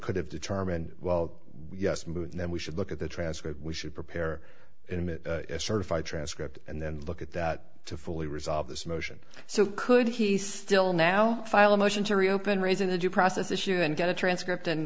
could have determined well yes moot and then we should look at the transcript we should prepare a certified transcript and then look at that to fully resolve this motion so could he still now file a motion to reopen raising the due process issue and get a transcript and